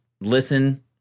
listen